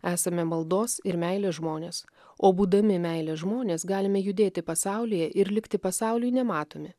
esame maldos ir meilės žmonės o būdami meilės žmonės galime judėti pasaulyje ir likti pasauliui nematomi